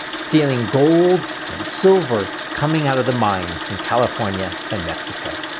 stealing gold and silver coming out of the mines in california and mexico.